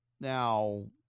Now